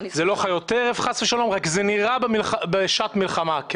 זה לא חיות טרף חס ושלום רק זה נראה כמו בשעת מלחמה.